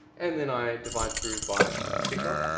and then i divide through by sigma,